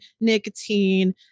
nicotine